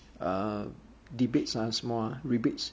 err debates are small rebates